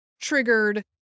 triggered